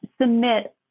submit